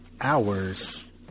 hours